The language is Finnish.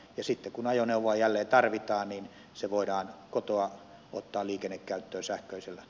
sitten kun ajoneuvoa jälleen tarvitaan niin se voidaan kotoa ottaa liikennekäyttöön sähköisellä